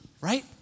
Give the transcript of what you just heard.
Right